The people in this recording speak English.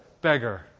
beggar